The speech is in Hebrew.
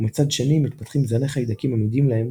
ומצד שני מתפתחים זני חיידקים עמידים להם,